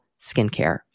skincare